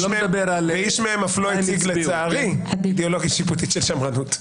איש מהם אף לא הציג לצערי אידיאולוגיה שיפוטית של שמרנות.